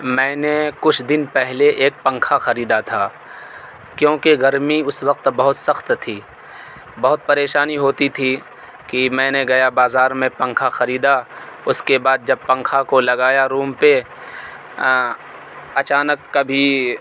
میں نے کچھ دن پہلے ایک پنکھا خریدا تھا کیونکہ گرمی اس وقت بہت سخت تھی بہت پریشانی ہوتی تھی کہ میں نے گیا بازار میں پنکھا خریدا اس کے بعد جب پنکھا کو لگایا روم پہ اچانک کبھی